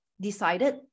decided